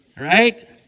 right